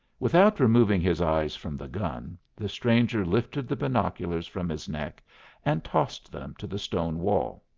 without removing his eyes from the gun the stranger lifted the binoculars from his neck and tossed them to the stone wall.